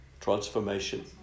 Transformation